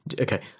Okay